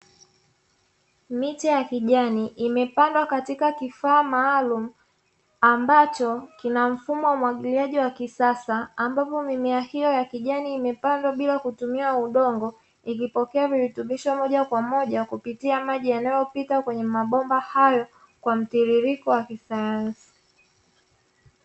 Miche ya kijani imepandwa katika kifaa maalumu ambacho kina mfumo wa umwagiliaji wa kisasa ambapo mimea hiyo ya kijani imepandwa bila kutumia udongo, ikipokea virutubisho moja kwa moja kupitia maji yanayopita kwenye mabomba hayo kwa mtiririko wa kisayansi.